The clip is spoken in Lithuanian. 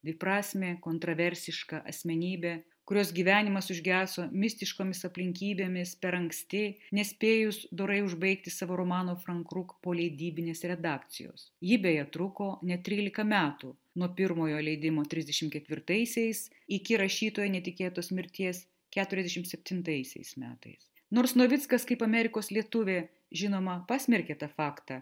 dviprasmė kontroversiška asmenybė kurios gyvenimas užgeso mistiškomis aplinkybėmis per anksti nespėjus dorai užbaigti savo romano frank kruk po leidybinės redakcijos ji beje truko net trylika metų nuo pirmojo leidimo trisdešim ketvirtaisiais iki rašytojo netikėtos mirties keturiasdešimt septintaisiais metais nors novickas kaip amerikos lietuvė žinoma pasmerkė tą faktą